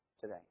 today